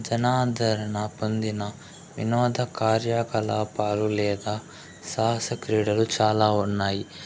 జనాదరణ పొందిన వినోద కార్యాకలాపాలు లేదా సాహస క్రీడలు చాలా ఉన్నాయి